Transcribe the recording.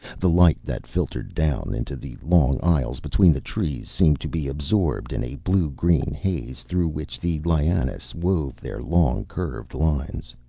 the light that filtered down into the long aisles between the trees seemed to be absorbed in a blue-green haze through which the lianas wove their long curved lines.